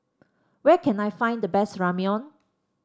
where can I find the best Ramyeon